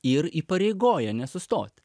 ir įpareigoja nesustoti